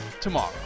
tomorrow